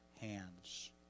hands